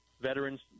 veterans